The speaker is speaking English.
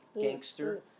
gangster